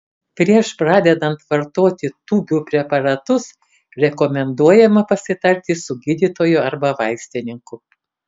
prieš pradedant vartoti tūbių preparatus rekomenduojama pasitarti su gydytoju arba vaistininku